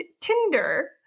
Tinder